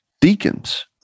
deacons